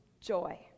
joy